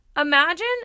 Imagine